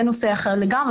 זה נושא אחר לגמרי.